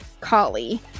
Kali